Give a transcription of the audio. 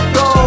go